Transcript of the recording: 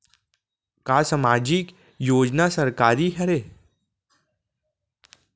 का सामाजिक योजना सरकारी हरे?